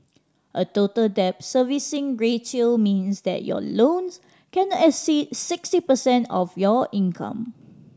a Total Debt Servicing Ratio means that your loans can exceed sixty percent of your income